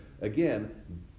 again